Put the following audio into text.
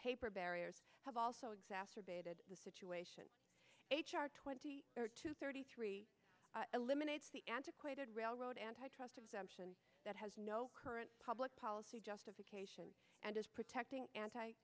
paper barriers have also exacerbated the situation h r twenty two thirty three eliminates the antiquated railroad antitrust exemption that has no current public policy justification and is protecting